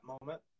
moment